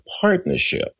partnership